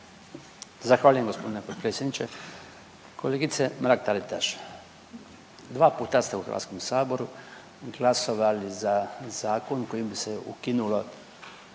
Zahvaljujem gospodine potpredsjedniče. Kolegice Mrak Taritaš, dva puta ste u Hrvatskom saboru glasovali za zakon kojim bi se ukinulo,